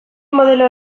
modelo